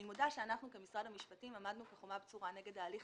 אני מודה שאנחנו במשרד המשפטים עמדנו כחומה בצורה נגד ההליך